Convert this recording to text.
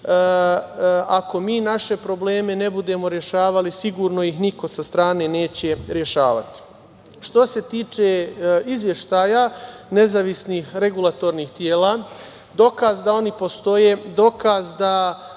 ako mi naše probleme ne budemo rešavali, sigurno ih niko sa strane neće rešavati. Što se tiče izveštaja nezavisnih regulatornih tela, dokaz da oni postoje, dokaz da